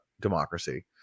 democracy